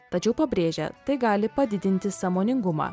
tačiau pabrėžia tai gali padidinti sąmoningumą